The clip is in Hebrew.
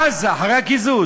אחרי הקיזוז.